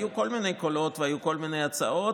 היו כל מיני קולות והיו כל מיני הצעות,